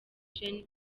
gen